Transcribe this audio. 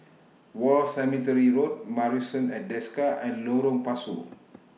War Cemetery Road Marrison At Desker and Lorong Pasu